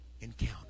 encounter